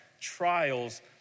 trials